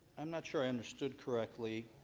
i'm not sure i understood correctly.